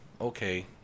okay